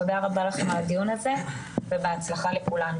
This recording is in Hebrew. דיון בו אליו הייתה אמורה להגיע גם שרת החינוך שנאלצת להופיע בזום.